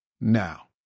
now